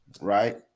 right